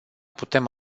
putem